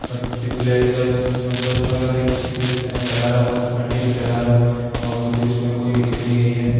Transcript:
मत पिछले दस मल दस पंद्रह दिन दिन से मैं चला रहा हूँ इसको कंटिन्यू चला रहा हूँ और मुझे उसमें कोई दिक्कत नहीं गई है